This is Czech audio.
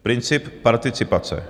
Princip participace.